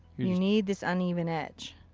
you need this uneven edge.